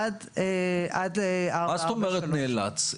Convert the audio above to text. עד 443. מה זאת אומרת נאלץ?